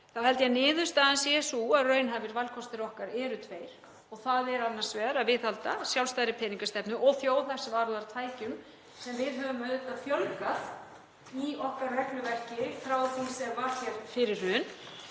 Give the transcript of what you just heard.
að niðurstaðan sé sú að raunhæfir valkostir okkar eru tveir. Það er annars vegar að viðhalda sjálfstæðri peningastefnu og þjóðhagsvarúðartækjum sem við höfum auðvitað fjölgað í okkar regluverki frá því sem var fyrir hrun